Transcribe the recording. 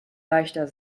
leichter